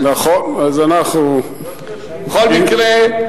בכל מקרה,